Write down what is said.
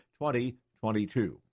2022